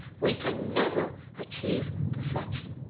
we can never achieve perfection.